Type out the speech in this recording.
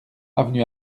avenue